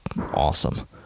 awesome